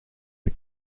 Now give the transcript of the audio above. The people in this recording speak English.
for